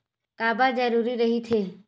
का बार जरूरी रहि थे?